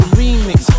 remix